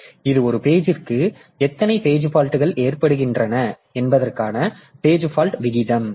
எனவே இது ஒரு பேஜிற்கு எத்தனை பேஜ் பால்ட்கள் ஏற்படுகின்றன என்பதற்கான பேஜ் பால்ட் விகிதம்